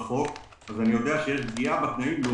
שיש פגיעה בתנאים.